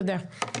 תודה.